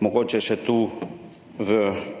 Mogoče pride tudi tu v